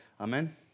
Amen